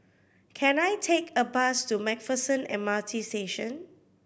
can I take a bus to Macpherson M R T Station